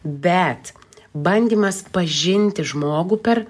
bet bandymas pažinti žmogų per